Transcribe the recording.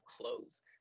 close